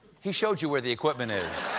he showed you where the equipment is.